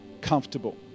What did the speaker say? comfortable